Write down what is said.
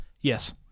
Yes